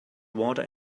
water